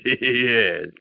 Yes